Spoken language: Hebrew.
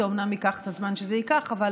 זה אומנם ייקח את הזמן שזה ייקח, אבל